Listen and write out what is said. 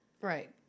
Right